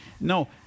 No